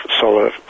solar